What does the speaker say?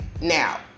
Now